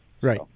Right